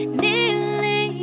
nearly